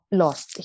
lost